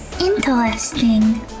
Interesting